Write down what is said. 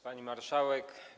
Pani Marszałek!